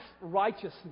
righteousness